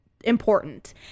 important